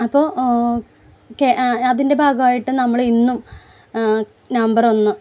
അപ്പോൾ അതിൻ്റെ ഭാഗമായിട്ട് നമ്മൾ ഇന്നും നവംബർ ഒന്ന്